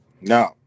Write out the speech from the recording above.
No